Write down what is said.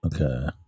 Okay